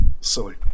silly